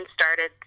started